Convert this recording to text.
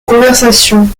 conversation